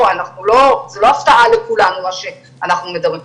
זה לא הפתעה לכולנו מה שאנחנו מדברים.